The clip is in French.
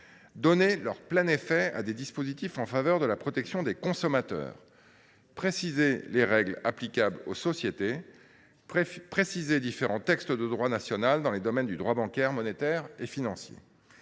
donner leur plein effet à des dispositifs en faveur de la protection des consommateurs, ainsi qu’à préciser les règles applicables aux sociétés, ainsi que différents textes de droit national dans les domaines du droit bancaire, monétaire et financier.